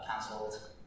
cancelled